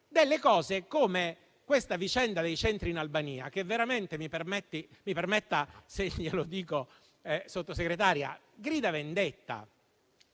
poi cose come questa vicenda dei centri in Albania, che veramente - mi permetta di dirglielo, Sottosegretaria - grida vendetta.